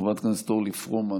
חברת הכנסת אורלי פרומן,